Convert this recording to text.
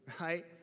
right